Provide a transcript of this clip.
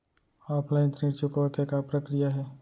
Offline ऋण चुकोय के का प्रक्रिया हे?